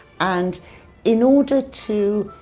and in order to,